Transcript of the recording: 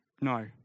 no